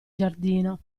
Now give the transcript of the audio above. giardino